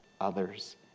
others